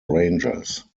rangers